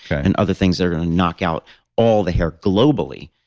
and other things that are going to knock out all the hair globally,